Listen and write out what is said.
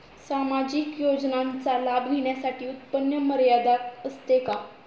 सामाजिक योजनांचा लाभ घेण्यासाठी उत्पन्न मर्यादा असते का?